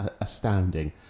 astounding